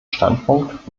standpunkt